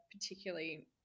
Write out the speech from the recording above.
particularly